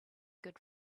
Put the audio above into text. good